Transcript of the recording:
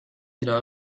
irá